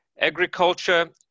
agriculture